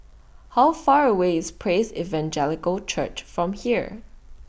How Far away IS Praise Evangelical Church from here